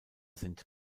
sind